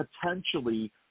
potentially